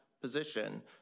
position